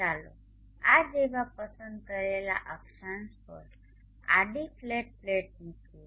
ચાલો આ જેવા પસંદ કરેલા અક્ષાંશ પર આડી ફ્લેટ પ્લેટ મૂકીએ